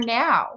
now